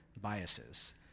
biases